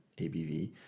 abv